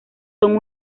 son